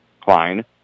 Klein